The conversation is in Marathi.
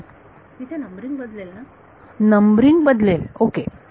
विद्यार्थी तिथे नंबरिंग बदलेल ना नंबरिंग बदलेल ओके